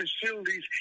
facilities